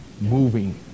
moving